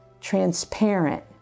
transparent